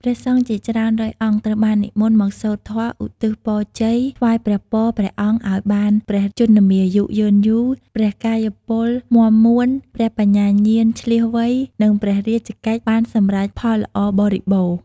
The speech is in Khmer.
ព្រះសង្ឃជាច្រើនរយអង្គត្រូវបាននិមន្តមកសូត្រធម៌ឧទ្ទិសពរជ័យថ្វាយព្រះពរព្រះអង្គឲ្យបាន ព្រះជន្មាយុយឺនយូរ ព្រះកាយពលមាំមួន ព្រះបញ្ញាញាណឈ្លាសវៃ និងព្រះរាជកិច្ចបានសម្រេចផលល្អបរិបូរណ៍។